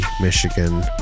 Michigan